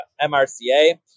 MRCA